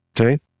Okay